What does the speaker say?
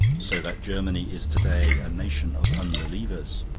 so that germany is to-day a nation of unbelievers.